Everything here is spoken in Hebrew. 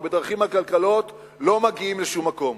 ובדרכים עקלקלות לא מגיעים לשום מקום.